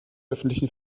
öffentlichen